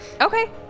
Okay